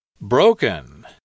Broken